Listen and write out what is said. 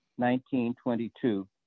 1922